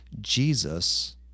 Jesus